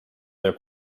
their